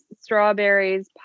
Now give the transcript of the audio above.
strawberries